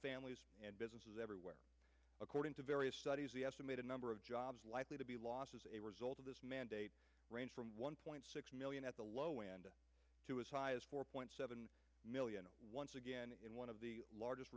families and businesses everywhere according to various studies the estimated number of jobs likely to be lost as a result of this mandate range from one point six million at the low end to as high as four point seven million once again one of the largest